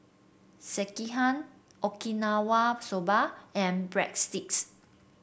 Sekihan Okinawa Soba and Breadsticks